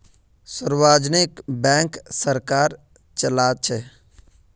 सार्वजनिक बैंक सरकार चलाछे